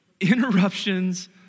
Interruptions